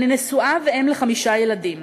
אני נשואה ואם לחמישה ילדים.